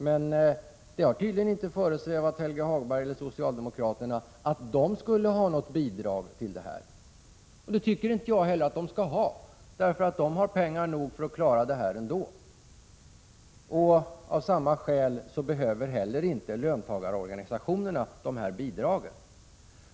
Men det har tydligen inte föresvävat Helge Hagberg och socialdemokraterna att de skulle ha något bidrag till detta ändamål. Och det tycker inte jag heller att de skall ha, för de har pengar nog för att klara den här verksamheten ändå. Av samma skäl behöver heller inte löntagarorganisationerna detta bidrag.